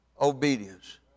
obedience